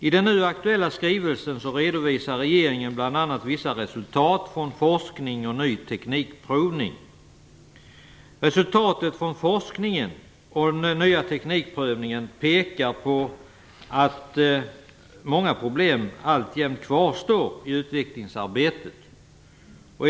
I den nu aktuella skrivelsen redovisar regeringen bl.a. vissa resultat från forskning och provning av ny teknikprovning. Resultatet från forskningen och provningen av ny teknik pekar på att många problem alltjämt kvarstår i utvecklingsarbetet.